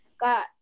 got